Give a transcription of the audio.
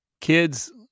kids